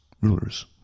Rulers